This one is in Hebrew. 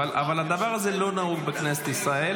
אבל הדבר הזה לא נהוג בכנסת ישראל,